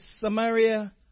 Samaria